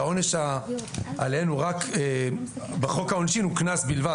שהעונש עליהן בחוק העונשין הוא קנס בלבד.